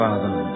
Father